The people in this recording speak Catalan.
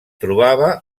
trobava